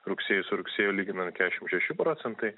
rugsėjį su rugsėju lyginant kešim šeši procentai